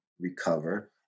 recover